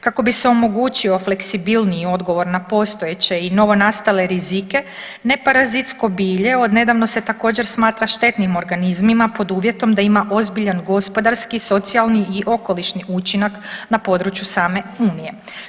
Kako bi se omogućio fleksibilniji odgovor na postojeće i novonastale rizike ne parazitsko bilje odnedavno se također smatra štetnim organizmima pod uvjetom da ima ozbiljan gospodarski, socijalni i okolišni učinak na području same Unije.